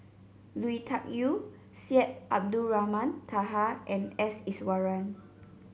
Lui Tuck Yew Syed Abdulrahman Taha and S Iswaran